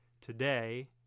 Today